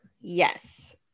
yes